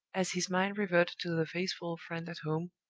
as his mind reverted to the faithful friend at home,